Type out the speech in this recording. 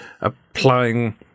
applying